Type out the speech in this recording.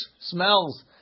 smells